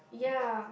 yeah